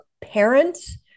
parents